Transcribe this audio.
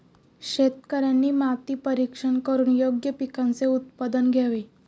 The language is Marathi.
शेतकऱ्यांनी माती परीक्षण करून योग्य पिकांचे उत्पादन घ्यावे